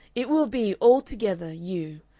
it will be altogether you.